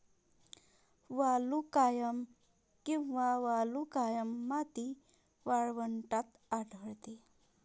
वालुकामय किंवा वालुकामय माती वाळवंटात आढळते